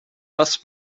thus